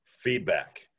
Feedback